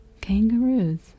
Kangaroos